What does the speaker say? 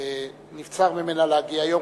שנבצר ממנה להגיע היום,